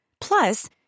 Plus